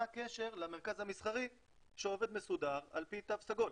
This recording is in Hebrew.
מה הקשר למרכז המסחרי שעובד מסודר על פי תו סגול.